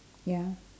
ya